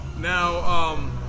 Now